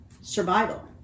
survival